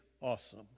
awesome